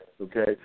okay